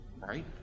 right